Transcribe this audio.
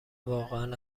واقعا